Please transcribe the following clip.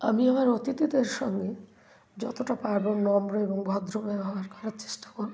আমি আমার অতিথিদের সঙ্গে যতটা পারব নম্র এবং ভদ্র ব্যবহার করার চেষ্টা করব